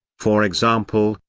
for example,